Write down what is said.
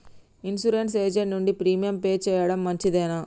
Insurance agent నుండి premium pay చేయడం మంచిదేనా?